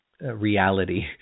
reality